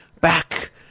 Back